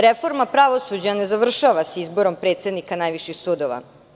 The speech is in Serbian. Reforma pravosuđa ne završava se izborom predsednika najviših sudova.